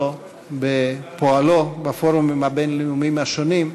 בפועלו בפורומים הבין-לאומיים השונים,